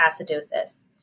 acidosis